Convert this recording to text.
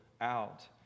out